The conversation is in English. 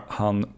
han